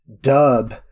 dub